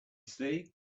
saved